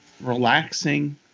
relaxing